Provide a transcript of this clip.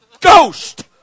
Ghost